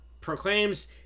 proclaims